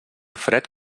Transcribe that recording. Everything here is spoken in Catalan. fred